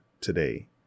today